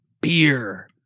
beer